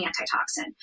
antitoxin